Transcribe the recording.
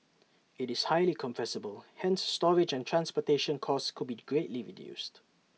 IT is highly compressible hence storage and transportation costs could be greatly reduced